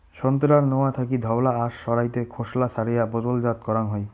সোন্তোরার নোয়া থাকি ধওলা আশ সারাইতে খোসলা ছারেয়া বোতলজাত করাং হই